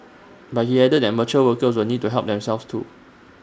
but he added that mature workers will need to help themselves too